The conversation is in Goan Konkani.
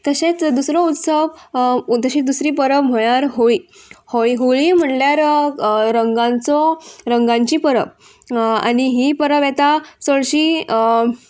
तशेंच दुसरो उत्सव तशी दुसरी परब म्हळ्यार होळी होळी होळी म्हणल्यार रंगांचो रंगांची परब आनी ही परब येता चडशी